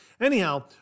Anyhow